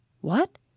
What